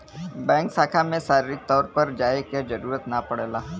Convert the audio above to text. bank शाखा में शारीरिक तौर पर जाये क जरुरत ना पड़ेला